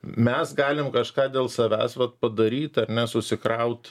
mes galim kažką dėl savęs vat padaryt ar ne susikraut